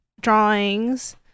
drawings